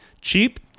cheap